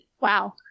Wow